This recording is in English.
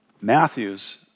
Matthew's